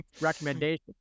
recommendation